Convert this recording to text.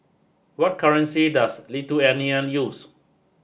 what currency does Lithuania use